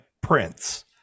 Prince